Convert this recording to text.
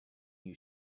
you